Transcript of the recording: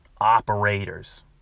operators